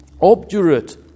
obdurate